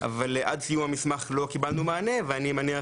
אבל עד סיום המסמך לא קיבלנו מענה ואני מניח